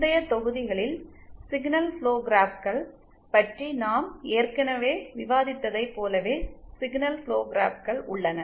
முந்தைய தொகுதிகளில் signal flow கிராப்கள் பற்றி நாம் ஏற்கனவே விவாதித்ததைப் போலவே சிக்னல் ஃபுளோ கிராப்கள் உள்ளன